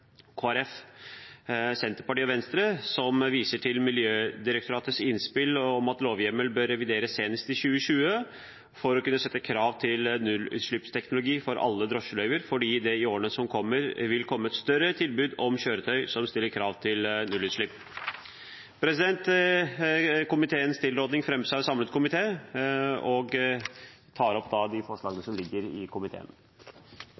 Venstre viser til Miljødirektoratets innspill om at lovhjemmelen bør revideres senest i 2020 for å kunne sette krav til nullutslippsteknologi for alle drosjeløyver fordi det i årene som kommer, vil komme et større tilbud av kjøretøy som stiller krav til nullutslipp. Komiteens tilråding fremmes av en samlet komité, og jeg anbefaler de forslagene